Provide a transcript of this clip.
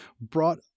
brought